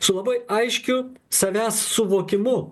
su labai aiškiu savęs suvokimu